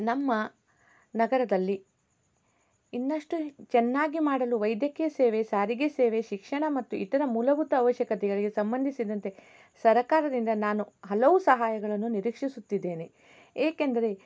ನಮ್ಮ ನಗರದಲ್ಲಿ ಇನ್ನಷ್ಟು ಚೆನ್ನಾಗಿ ಮಾಡಲು ವೈದ್ಯಕೀಯ ಸೇವೆ ಸಾರಿಗೆ ಸೇವೆ ಶಿಕ್ಷಣ ಮತ್ತು ಇತರ ಮೂಲಭೂತ ಅವಶ್ಯಕತೆಗಳಿಗೆ ಸಂಬಂಧಿಸಿದಂತೆ ಸರಕಾರದಿಂದ ನಾನು ಹಲವು ಸಹಾಯಗಳನ್ನು ನಿರೀಕ್ಷಿಸುತ್ತಿದ್ದೇನೆ ಏಕೆಂದರೆ